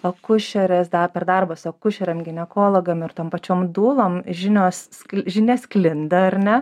akušeres dar per darbą su akušerėm ginekologam ir tom pačiom dūlom žinios žinia sklinda ar ne